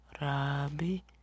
Rabi